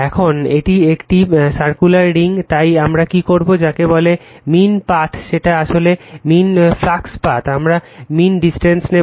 এখন এটি একটি সার্কিউলার রিং তাই আমরা কি করবো যাকে বলে মীন পাথ সেটা এটি আসলে মীন ফ্লাক্স পথ আমরা মীন ডিসটেন্স নেব